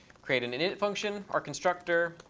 create an init function, our constructor.